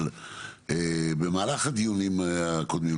אבל במהלך הדיונים הקודמים,